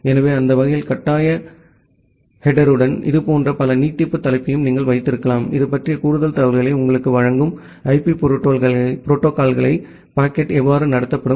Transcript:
எனவே அந்த வகையில் கட்டாய ஹெடேர்டன் இதுபோன்ற பல நீட்டிப்பு தலைப்பையும் நீங்கள் வைத்திருக்கலாம் இது பற்றிய கூடுதல் தகவல்களை உங்களுக்கு வழங்கும் ஐபி புரோட்டோகால்யால் பாக்கெட் எவ்வாறு நடத்தப்படும்